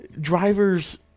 drivers